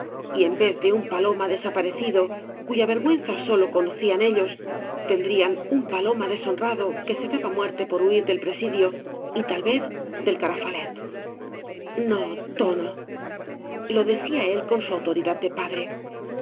y en vez de un paloma desaparecido cuya vergüenza sólo conocían ellos tendrían un paloma deshonrado que se daba muerte por huir del presidio y tal vez del carafalet no tono lo decía él con su autoridad de padre